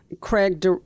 Craig